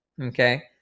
okay